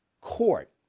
court